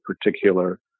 particular